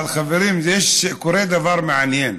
אבל חברים, קורה דבר מעניין.